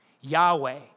Yahweh